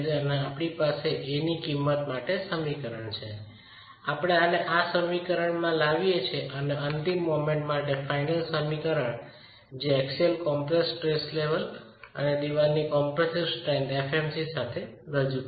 આપની પાસે a ની કિંમત માટે સમીકરણ છે આપણે આને આ સમીકરણમાં લાવીએ છીએ અને અંતિમ મોમેન્ટ માટે ફાઇનલ સમીકરણ જે એક્સિયલ કોમ્પ્રેસડ સ્ટ્રેસ લેવલ અને ચણતર ની કોમ્પ્રેસ્સીવ સ્ટ્રેન્થ fmc સાથે રજુ કરેલ છે